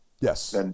Yes